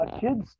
Kids